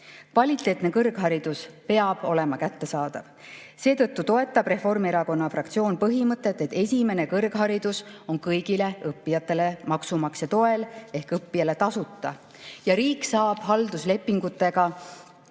Kvaliteetne kõrgharidus peab olema kättesaadav. Seetõttu toetab Reformierakonna fraktsioon põhimõtet, et esimene kõrgharidus on kõigile õppijatele maksumaksja toel tasuta. Ja riik saab halduslepingutega ühiskonnale